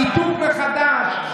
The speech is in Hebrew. המיתוג מחדש?